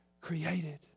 created